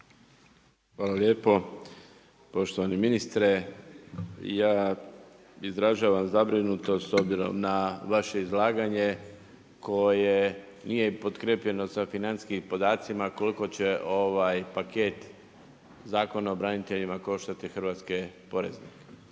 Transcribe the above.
Hvala lijepo. Poštovani ministre, ja izražavam zabrinutost s obzirom na vaše izlaganje koje nije potkrijepljeno sa financijskim podacima koliko će paket zakona o braniteljima koštati hrvatske poreznike.